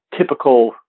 typical